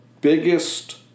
biggest